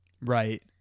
Right